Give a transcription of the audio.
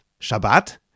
Shabbat